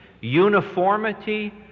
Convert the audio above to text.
Uniformity